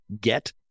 get